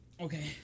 Okay